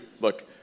look